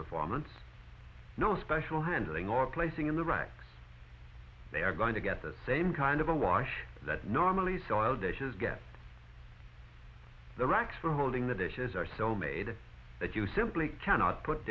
performance no special handling or placing in the reichs they are going to get the same kind of a wash that normally soil dishes get the racks for holding the dishes are so made that you simply cannot put